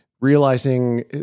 realizing